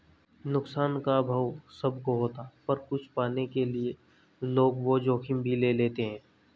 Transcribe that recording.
नुकसान का अभाव सब को होता पर कुछ पाने के लिए लोग वो जोखिम भी ले लेते है